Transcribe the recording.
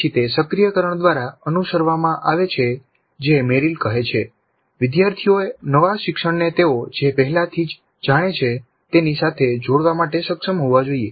પછી તે સક્રિયકરણ દ્વારા અનુસરવામાં આવે છે જે મેરિલ કહે છે વિદ્યાર્થીઓએ નવા શિક્ષણને તેઓ જે પહેલાથી જાણે છે તેની સાથે જોડવા માટે સક્ષમ હોવા જોઈએ